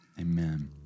Amen